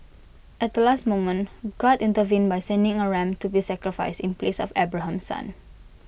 at the last moment God intervened by sending A ram to be sacrificed in place of Abraham's son